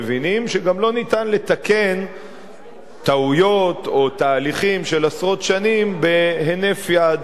מבינים שגם לא ניתן לתקן טעויות או תהליכים של עשרות שנים בהינף יד.